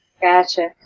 Gotcha